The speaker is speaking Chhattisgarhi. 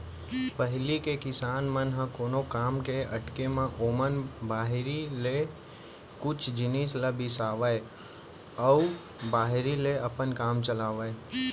पहिली के किसान मन ह कोनो काम के अटके म ओमन बाहिर ले कुछ जिनिस ल बिसावय अउ बाहिर ले अपन काम चलावयँ